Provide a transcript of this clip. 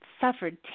suffered